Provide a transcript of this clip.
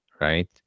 right